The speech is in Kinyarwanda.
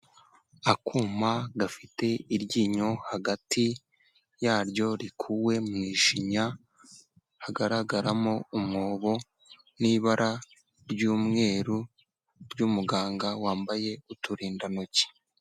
Akuma gafite iryinyo hagati yaryo rikuwe mu ishinya hagaragaramo umwobo n'ibara ry'umweru ry'umuganga wambaye uturindantoki.